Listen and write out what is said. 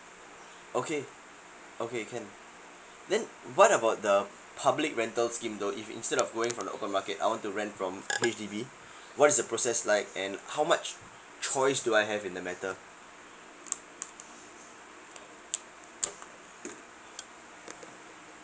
okay okay can then what about the public rental scheme though if instead of going for the open market I want to rent from H_D_B what is the process like and how much choice do I have in the matter